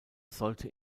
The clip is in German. sollte